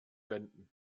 wänden